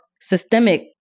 systemic